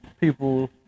People